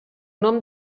nom